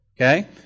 okay